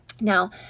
Now